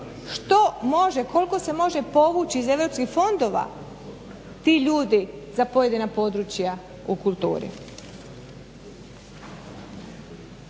što može, koliko se može povući iz europskih fondova ti ljudi za pojedina područja u kulturi?